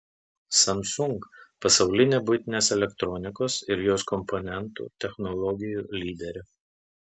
samsung pasaulinė buitinės elektronikos ir jos komponentų technologijų lyderė